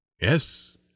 Yes